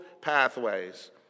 pathways